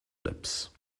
lips